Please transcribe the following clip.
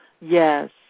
yes